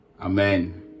Amen